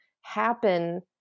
happen